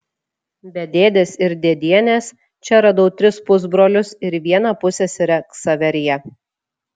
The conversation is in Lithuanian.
be dėdės ir dėdienės čia radau tris pusbrolius ir vieną pusseserę ksaveriją